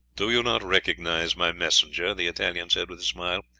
do you not recognize my messenger? the italian said with a smile.